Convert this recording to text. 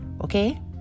Okay